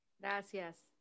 Gracias